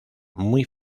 muy